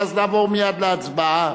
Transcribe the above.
ואז נעבור מייד להצבעה.